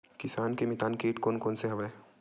किसान के मितान कीट कोन कोन से हवय?